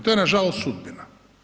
To je nažalost sudbina.